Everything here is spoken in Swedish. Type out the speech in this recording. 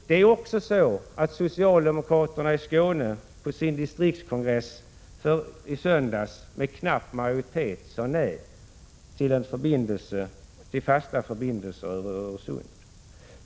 Det är också så att socialdemokraterna i Skåne på sin distriktskongress i söndags med knapp majoritet sade nej till fasta förbindelser över Öresund.